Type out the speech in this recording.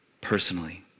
personally